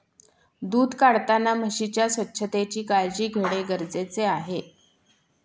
दूध काढताना म्हशीच्या स्वच्छतेची काळजी घेणे गरजेचे आहे